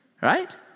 right